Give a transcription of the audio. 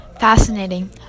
Fascinating